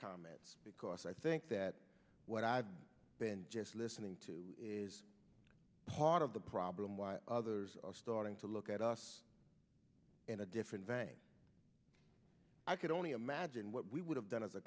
comments because i think that what i've been just listening to is part of the problem while others are starting to look at us in a different vein i can only imagine what we would have done